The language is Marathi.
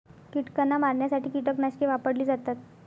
कीटकांना मारण्यासाठी कीटकनाशके वापरली जातात